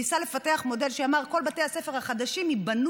ניסה לפתח מודל שאמר: כל בתי הספר החדשים ייבנו